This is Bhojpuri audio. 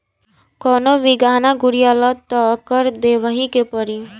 कवनो भी गहना गुरिया लअ तअ कर देवही के पड़ी